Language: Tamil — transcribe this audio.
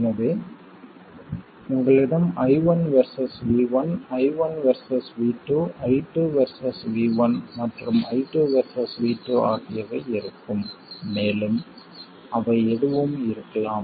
எனவே உங்களிடம் I1 versus V1 I1 versus V2 I2 versus V1 மற்றும் I2 வெர்சஸ் V2 ஆகியவை இருக்கும் மேலும் அவை எதுவும் இருக்கலாம்